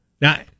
Now